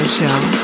Show